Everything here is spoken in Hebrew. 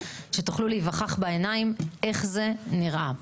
שתוכלו להיווכח בעיניים איך זה נראה.